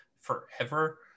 forever